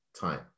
time